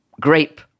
grape